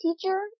teacher